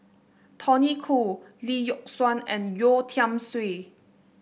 Tony Khoo Lee Yock Suan and Yeo Tiam Siew